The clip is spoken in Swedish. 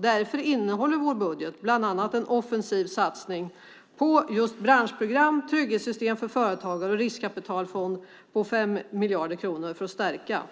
Därför innehåller vår budget bland annat en offensiv satsning på just branschprogram, trygghetssystem för företagare och riskkapitalfond på 5 miljarder kronor för att stärka företagen.